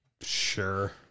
Sure